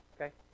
okay